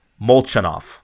Molchanov